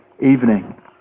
evening